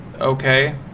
Okay